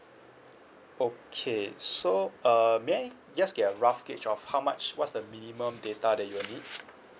okay so uh may I just get a rough gauge of how much what's the minimum data that you'll need